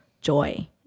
joy